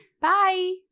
Bye